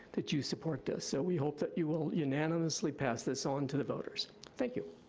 that you support this, so we hope that you will unanimously pass this on to the voters, thank you.